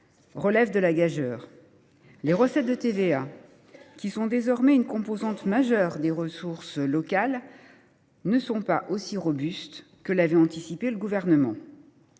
relève de la gageure. Les recettes de TVA, qui sont désormais une composante majeure des ressources locales, ne sont pas aussi robustes que ne l’avait anticipé le Gouvernement.